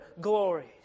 glories